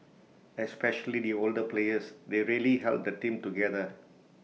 especially the older players they really held the team together